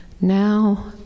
Now